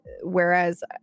whereas